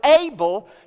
able